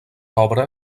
obra